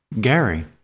Gary